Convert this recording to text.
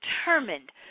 determined